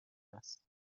است